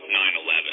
9-11